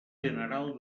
general